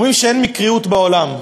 אומרים שאין מקריות בעולם.